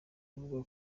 avuga